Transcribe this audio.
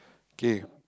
okay